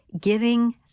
giving